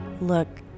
Look